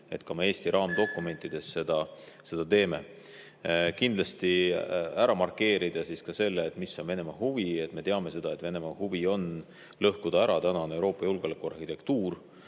et ka Eesti raamdokumentides me seda teeme. Kindlasti tahame ära markeerida selle, mis on Venemaa huvi – me teame seda, et Venemaa huvi on lõhkuda ära tänane Euroopa julgeolekuarhitektuur